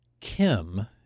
Kim